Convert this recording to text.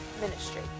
ministry